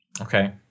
Okay